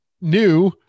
new